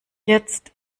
jetzt